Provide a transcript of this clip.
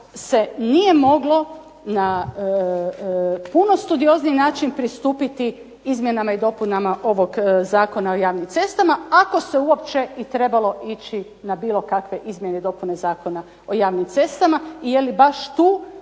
se nije moglo na puno studiozniji način pristupiti izmjenama i dopunama ovog Zakona o javnim cestama, ako se uopće i trebalo ići na bilo kakve izmjene i dopune Zakona o javnim cestama i je li baš tu